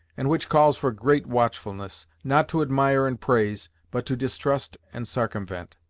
and which calls for great watchfulness not to admire and praise but to distrust and sarcumvent.